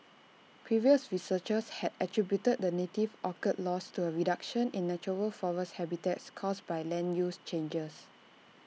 previous researchers had attributed the native orchid's loss to A reduction in natural forest habitats caused by land use changes